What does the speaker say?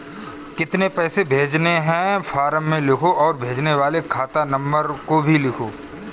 कितने पैसे भेजने हैं फॉर्म में लिखो और भेजने वाले खाता नंबर को भी लिखो